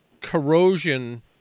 corrosion